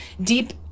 deep